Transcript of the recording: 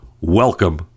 Welcome